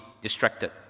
distracted